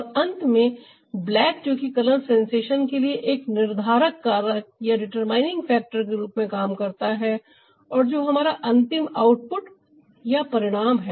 और अंत में ब्लैक जो कि कलर सेंसेशन के लिए एक निर्धारक कारक के रूप में काम करता है और जो हमारा अंतिम आउटपुट या परिणाम है